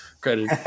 credit